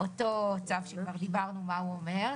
אותו צו שכבר דיברנו מה הוא אומר,